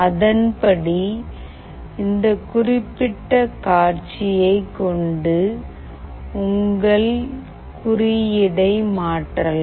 அதன்படி இந்த குறிப்பிட்ட காட்சியை கொண்டு உங்கள் குறியீடை மாற்றலாம்